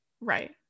right